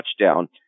touchdown